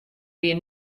wie